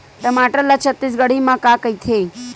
टमाटर ला छत्तीसगढ़ी मा का कइथे?